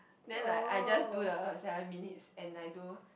then like I just do the seven minutes and I do